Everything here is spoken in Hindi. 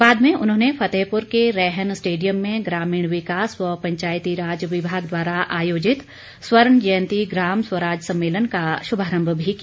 बाद में उन्होंने फतेहपुर के रैहन स्टेडियम में ग्रामीण विकास व पंचायती राज विभाग द्वारा आयोजित स्वर्ण जयंती ग्राम स्वराज सम्मेलन का श्भारम्भ भी किया